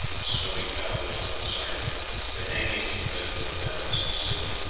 snowy towels hung beside it the hangings of the bed were of damask silk,